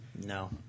No